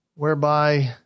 whereby